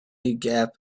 gap